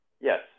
Yes